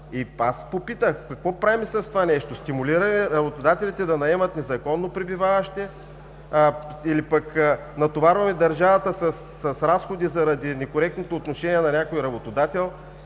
Аз попитах: какво правим с това нещо? Стимулираме работодателите да наемат незаконно пребиваващи или пък натоварваме държавата с разходи заради некоректното отношение на някой работодател?!